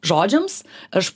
žodžiams aš